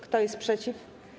Kto jest przeciw?